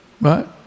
right